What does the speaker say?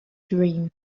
dream